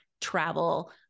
travel